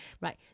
Right